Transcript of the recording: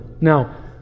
Now